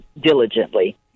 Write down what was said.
diligently